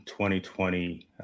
2020